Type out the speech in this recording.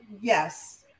yes